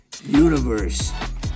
universe